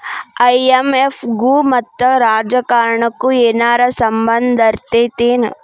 IMF ಗು ಮತ್ತ ರಾಜಕಾರಣಕ್ಕು ಏನರ ಸಂಭಂದಿರ್ತೇತಿ?